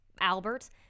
Albert